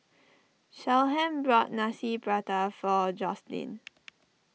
Shyheim bought Nasi Pattaya for Jocelynn